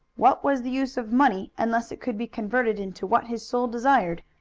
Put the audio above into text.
what was the use of money unless it could be converted into what his soul desired?